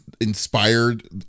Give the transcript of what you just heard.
inspired